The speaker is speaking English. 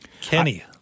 Kenny